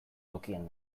tokian